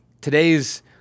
today's